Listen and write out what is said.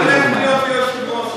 מי יהיה היושב-ראש?